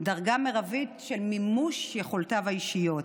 דרגה מרבית של מימוש יכולותיו האישיות,